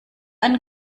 einen